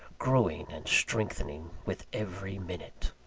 growing and strengthening with every minute.